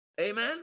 Amen